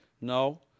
No